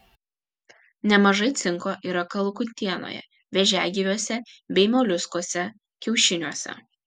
nemažai cinko yra kalakutienoje vėžiagyviuose bei moliuskuose kiaušiniuose